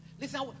Listen